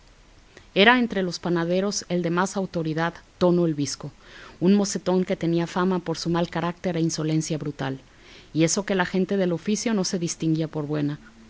era entre los panaderos el de más autoridad tono el bizco un mocetón que tenía fama por su mal carácter e insolencia brutal y eso que la gente del oficio no se distinguía por buena